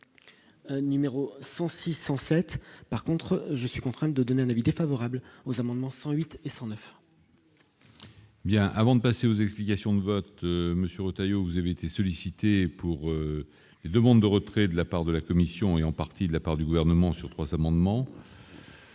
numéro 106 107, par contre, je suis contraint de donner un avis défavorable aux amendements 108 et 109. Bien avant de passer aux explications de vote Monsieur Retailleau, vous avez été sollicités pour des demandes de retrait de la part de la commission et en partie de la part du gouvernement sur 3 s'amendements.